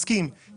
המחצבות פעילות.